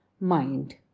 mind